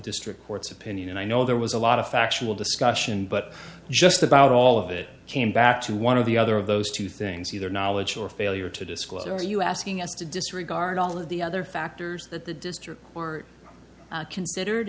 district court's opinion and i know there was a lot of factual discussion but just about all of it came back to one of the other of those two things either knowledge or failure to disclose are you asking us to disregard all of the other factors that the district or considered